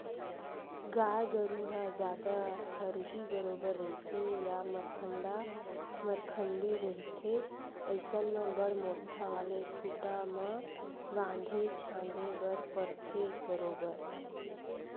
गाय गरु ह जादा हरही बरोबर रहिथे या मरखंडा मरखंडी रहिथे अइसन म बड़ मोट्ठा वाले खूटा म बांधे झांदे बर परथे बरोबर